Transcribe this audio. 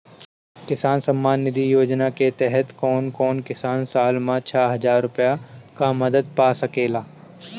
किसान सम्मान निधि योजना के तहत कउन कउन किसान साल में छह हजार रूपया के मदद पा सकेला?